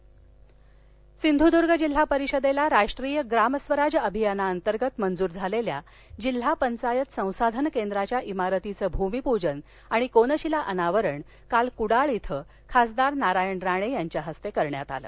सिंधवर्ग सिधुदुर्ग जिल्हा परिषदेला राष्ट्रीय ग्राम स्वराज अभियानांतर्गत मंजूर झालेल्या जिल्हा पंचायत संसाधन केंद्राच्या इमारतीचं भूमिपूजन आणि कोनशिला अनावरण काल कुडाळ इथं खासदार नारायण राणे यांच्या हस्ते झालं